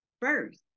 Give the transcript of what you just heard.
First